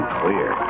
clear